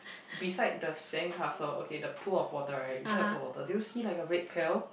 beside the sandcastle okay the pool of water right beside the pool of water do you see like a red pail